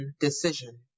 decision